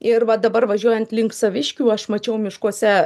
ir va dabar važiuojant link saviškių aš mačiau miškuose